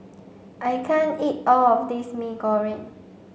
I can't eat all of this Mee Goreng